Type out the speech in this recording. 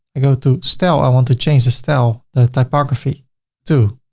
i go to style. i want to change the style the topography to